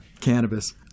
cannabis